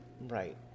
Right